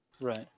Right